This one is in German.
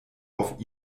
auf